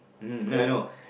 and then